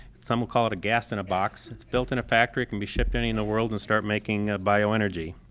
some call it a gas in a box. it's built in a factory, it can be shipped anywhere in the world and start making bio energy.